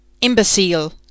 Imbecile